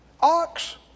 ox